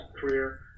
career